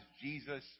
Jesus